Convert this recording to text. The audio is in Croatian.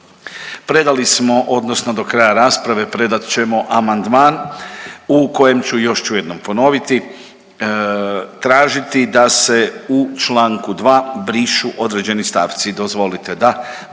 Predali smo, odnosno do kraja rasprave predat ćemo amandman u kojem ću, još ću jednom ponoviti, tražiti da se u čl. 2 brišu određeni stavci.